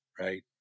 right